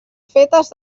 fetes